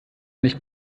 nicht